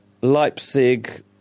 Leipzig